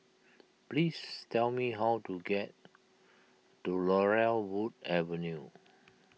please tell me how to get to Laurel Wood Avenue